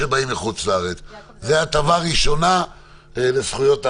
זו הטבה ראשונה מבחינת זכויות האדם.